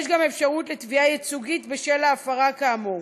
גם אפשרות לתביעה ייצוגית בשל ההפרה כאמור.